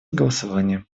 голосования